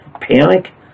panic